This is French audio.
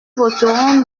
voterons